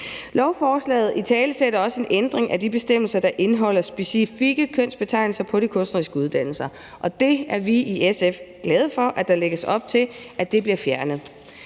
Lovforslaget italesætter også en ændring af de bestemmelser, der indeholder specifikke kønsbetegnelser på de kunstneriske uddannelser, og det er vi i SF glade for at der lægges op til bliver fjernet.